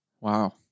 Wow